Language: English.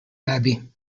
abbey